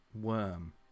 worm